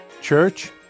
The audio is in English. Church